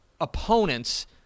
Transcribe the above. opponents